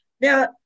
Now